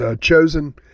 chosen